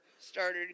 started